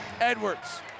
Edwards